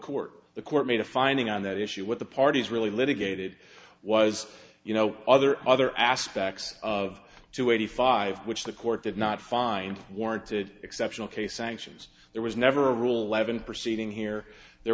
court the court made a finding on that issue what the parties really litigated was you know other other aspects of two eighty five which the court did not find warranted exceptional case actions there was never a rule eleven proceeding here there